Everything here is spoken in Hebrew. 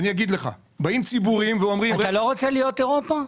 אתה לא רוצה להיות אירופה?